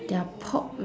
their pork